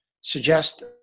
suggest